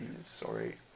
Sorry